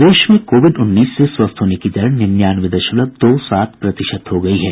प्रदेश में कोविड उन्नीस से स्वस्थ होने की दर निन्यानवे दशमलव दो सात प्रतिशत हो गयी है